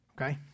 okay